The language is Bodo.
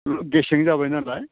गेसें जाबाय नालाय